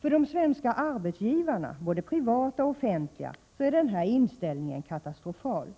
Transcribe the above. För de svenska arbetsgivarna — både privata och offentliga — är denna inställning katastrofal.